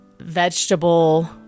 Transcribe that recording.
vegetable